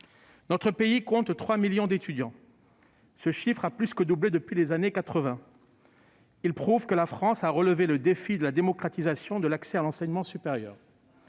Notre pays compte 3 millions d'étudiants : ce chiffre a plus que doublé depuis les années 1980. Il prouve que la France a relevé le défi de la démocratisation de l'accès à l'enseignement supérieur.